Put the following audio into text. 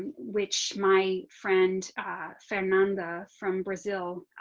and which my friend fernanda from brazil.